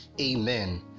amen